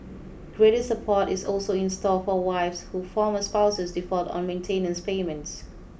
greater support is also in store for wives who former spouses default on maintenance payments